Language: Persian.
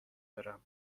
دارم